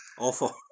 Awful